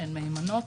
שהן מהימנות,